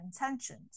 intentions